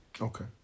Okay